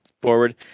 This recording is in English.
forward